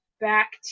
back